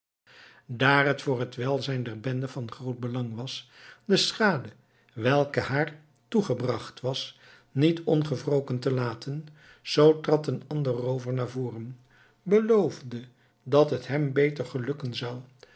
daar het voor het welzijn der bende van groot belang was de schade welke haar toegebracht was niet ongewroken te laten zoo trad een ander roover naar voren beloofde dat het hem beter gelukken zou